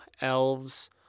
elves